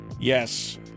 Yes